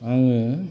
आङो